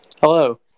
Hello